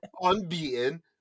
Unbeaten